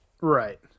right